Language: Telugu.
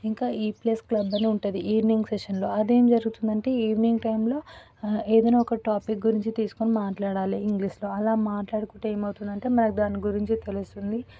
ఇంకా ఈ ప్లేస్ క్లబ్ అని ఉంటుంది ఈవినింగ్ సెషన్లో అదేం జరుగుతుందంటే ఈవినింగ్ టైంలో ఏదైనా ఒక టాపిక్ గురించి తీసుకొని మాట్లాడాలి ఇంగ్లీష్లో అలా మాట్లాడుకుంటే ఏమవుతుంది అంటే మనకు దాని గురించి తెలుస్తుంది